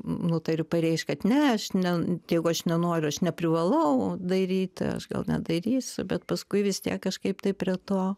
nutariu pareikšt kad ne aš ne jeigu aš nenoriu aš neprivalau daryti aš gal nedarysiu bet paskui vis tiek kažkaip tai prie to